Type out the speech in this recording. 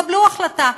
קבלו החלטה,